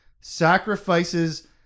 sacrifices